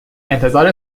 انتظار